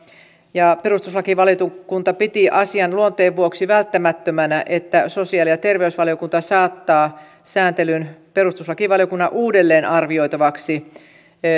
perustuslakivaliokunta piti asian luonteen vuoksi välttämättömänä että sosiaali ja terveysvaliokunta saattaa sääntelyn perustuslakivaliokunnan uudelleenarvioitavaksi